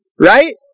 Right